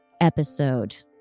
episode